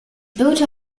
built